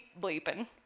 bleeping